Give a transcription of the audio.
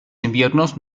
inviernos